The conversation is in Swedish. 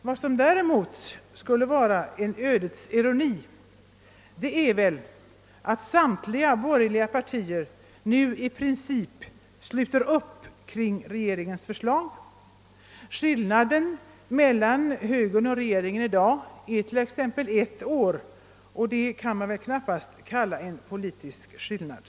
Vad som däremot kan vara en ödets ironi är väl att samtliga borgerliga partier nu i princip sluter upp kring regeringens förslag. Skillnaden mellan t.ex. moderata samlingspartiet och regeringen i dag är ett år, och det kan man knappast kalla en politisk skillnad.